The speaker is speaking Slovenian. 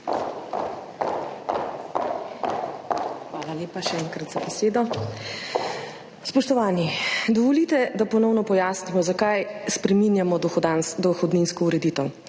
Hvala lepa, še enkrat, za besedo. Spoštovani! Dovolite, da ponovno pojasnimo zakaj spreminjamo dohodninsko ureditev.